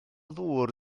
ddŵr